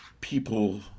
people